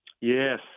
Yes